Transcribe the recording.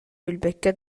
билбэккэ